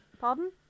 Pardon